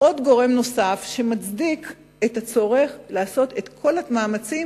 זה גורם נוסף שמצדיק את הצורך לעשות את כל המאמצים